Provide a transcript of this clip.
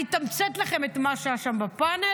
אני אתמצת לכם את מה שהיה שם בפאנל.